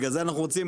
בגלל זה אנחנו רוצים